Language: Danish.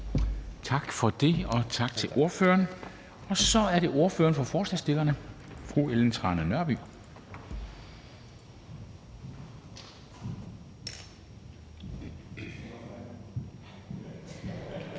Tak for det, og tak til ordføreren. Så er det ordføreren for forslagsstillerne, fru Ellen Trane Nørby.